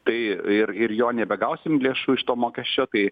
tai ir ir jo nebegausim lėšų iš to mokesčio tai